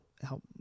Help